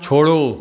छोड़ो